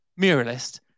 muralist